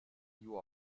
you